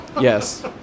yes